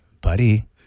buddy